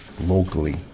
locally